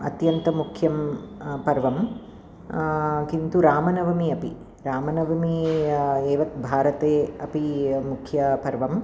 अत्यन्तं मुख्यं पर्वम् किन्तु रामनवमी अपि रामनवमी एव भारते अपि मुख्यं पर्वम्